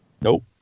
Nope